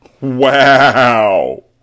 Wow